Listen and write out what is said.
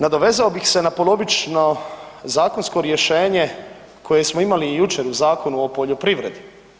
Nadovezao bih se na polovično zakonsko rješenje koje smo imali jučer u Zakonu o poljoprivredi.